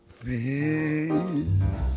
face